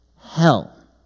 hell